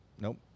Nope